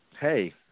hey